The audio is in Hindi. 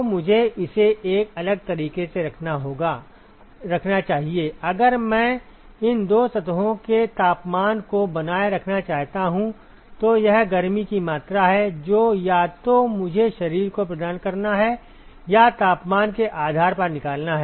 तो मुझे इसे एक अलग तरीके से रखना चाहिए अगर मैं इन दो सतहों के तापमान को बनाए रखना चाहता हूं तो यह गर्मी की मात्रा है जो या तो मुझे शरीर को प्रदान करना है या तापमान के आधार पर निकालना है